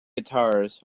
guitars